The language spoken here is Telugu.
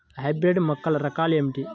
హైబ్రిడ్ మొక్కల రకాలు ఏమిటి?